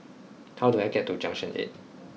how do I get to Junction eight